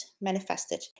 manifested